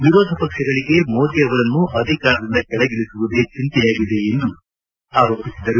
ವಿರೋಧ ಪಕ್ಷಗಳಿಗೆ ಮೋದಿ ಅವರನ್ನು ಅಧಿಕಾರದಿಂದ ಕೆಳಗಿಳಿಸುವುದೇ ಚಿಂತೆಯಾಗಿದೆ ಎಂದು ನರೇಂದ್ರ ಮೋದಿ ಆರೋಪಿಸಿದರು